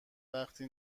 وقتی